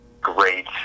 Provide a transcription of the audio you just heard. great